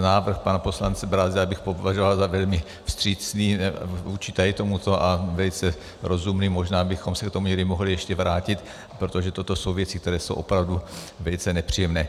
Návrh pana poslance Brázdila bych považoval za velmi vstřícný vůči tady tomuto a velice rozumný, možná bychom se k tomu mohli ještě někdy vrátit, protože toto jsou věci, které jsou opravdu velice nepříjemné.